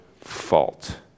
fault